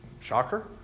Shocker